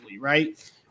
right